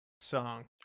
song